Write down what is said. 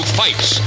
fights